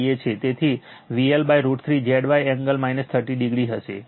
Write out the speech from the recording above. તેથી VL√ 3 Zy angle 30 હશે